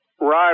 Right